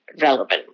relevant